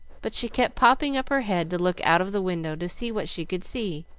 but she kept popping up her head to look out of the window to see what she could see.